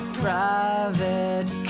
private